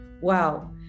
wow